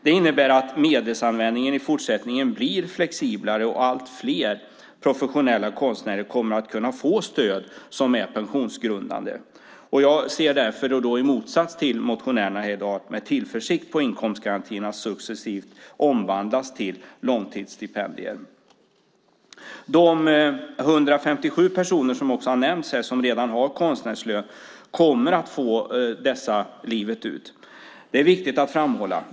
Det innebär att medelsanvändningen i fortsättningen blir flexiblare, och allt fler professionella konstnärer ska kunna få stöd som är pensionsgrundande. Jag ser därför i motsats till motionärerna med tillförsikt på att inkomstgarantierna successivt omvandlas till långtidsstipendier. De 157 personer som nämnts här och som redan har konstnärslön kommer att få den livet ut; det är viktigt att framhålla.